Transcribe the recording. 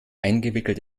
eingewickelt